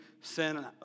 sin